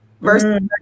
versus